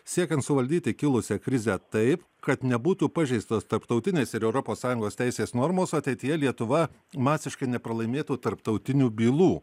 siekiant suvaldyti kilusią krizę taip kad nebūtų pažeistos tarptautinės ir europos sąjungos teisės normos o ateityje lietuva masiškai nepralaimėtų tarptautinių bylų